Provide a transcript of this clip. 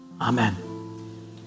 Amen